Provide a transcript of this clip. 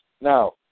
Now